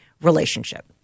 relationship